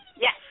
Yes